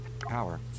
Power